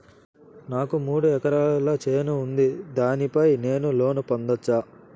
నాకు మూడు ఎకరాలు చేను ఉంది, దాని పైన నేను లోను పొందొచ్చా?